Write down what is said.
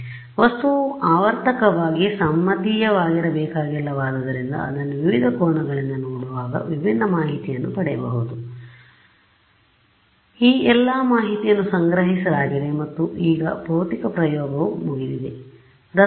ಆದ್ದರಿಂದ ವಸ್ತುವು ಆವರ್ತಕವಾಗಿ ಸಮ್ಮಿತೀಯವಾಗಿರಬೇಕಾಗಿಲ್ಲವಾದ್ದರಿಂದ ಅದನ್ನು ವಿವಿಧ ಕೋನಗಳಿಂದ ನೋಡುವಾಗ ವಿಭಿನ್ನ ಮಾಹಿತಿಯನ್ನು ಪಡೆಯಬಹುದು ಆದ್ದರಿಂದ ಈ ಎಲ್ಲಾ ಮಾಹಿತಿಯನ್ನು ಸಂಗ್ರಹಿಸಲಾಗಿದೆ ಮತ್ತು ಈಗ ಭೌತಿಕ ಪ್ರಯೋಗವು ಮುಗಿದಿದೆ